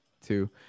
Two